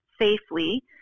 Safely